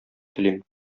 телим